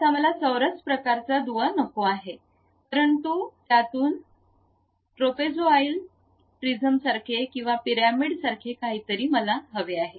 आता मला चौरस प्रकारचे दुवा नको आहे परंतु त्यातून ट्रापेझोइडल प्रिझमसारखे किंवा पिरामिडसारखे काहीतरी मला हवेआहे